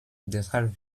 deshalb